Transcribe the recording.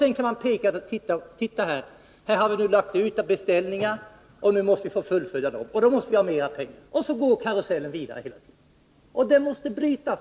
Sedan kan man peka på detta och säga att vi har lagt ut dessa beställningar och måste få fullfölja dem, och så måste vi ha mera pengar. Så går karusellen vidare hela tiden, och detta måste brytas.